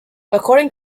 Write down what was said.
according